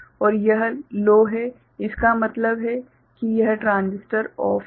और यह लो है इसका मतलब है कि यह ट्रांजिस्टर OFF है